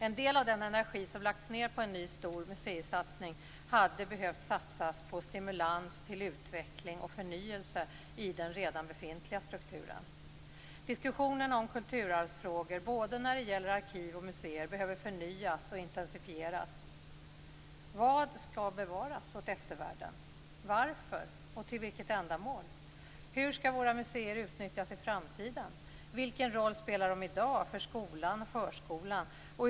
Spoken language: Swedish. En del av den energi som har lagts ned på en ny, stor museisatsning hade behövt satsas på stimulans till utveckling och förnyelse i den redan befintliga strukturen. Diskussionerna om kulturarvsfrågor både när det gäller arkiv och museer behöver förnyas och intensifieras. Vad skall bevaras åt eftervärlden? Varför och till vilket ändamål? Hur skall våra museer utnyttjas i framtiden? Vilken roll spelar de i dag för skolan och förskolan?